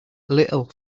little